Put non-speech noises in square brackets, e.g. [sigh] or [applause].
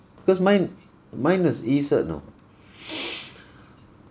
because mine mine was E cert know [breath]